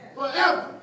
forever